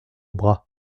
bras